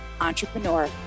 Entrepreneur